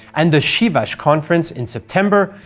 and the sivas conference in september,